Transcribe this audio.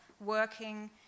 working